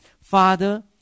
Father